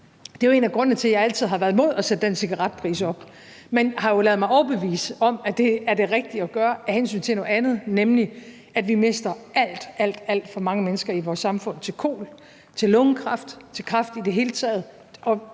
jo er en af grundene til, at jeg altid har været imod at sætte cigaretprisen op, men jeg har ladet mig overbevise om, at det er det rigtige at gøre af hensyn til noget andet, nemlig at vi mister alt, alt for mange mennesker i vores samfund til kol, lungekræft og kræft i det hele taget,